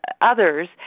others